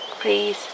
Please